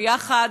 ויחד,